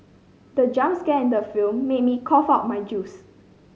the jump scare in the film made me cough out my juice